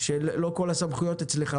כשלא כל הסמכויות אצלך,